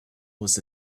was